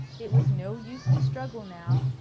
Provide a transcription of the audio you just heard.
it was no use to struggle now,